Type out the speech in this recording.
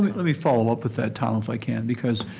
let me follow up with that, tom, if i can because